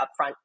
upfront